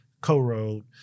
co-wrote